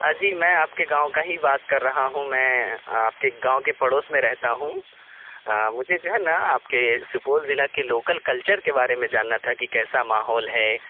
اجی میں آپ کے گاؤں کا ہی بات کر رہا ہوں میں آپ کے گاؤں کے پڑوس میں رہتا ہوں مجھے جو ہے نا آپ کے سپول ضلع کے لوکل کلچر کے بارے میں جاننا تھا کہ کیسا ماحول ہے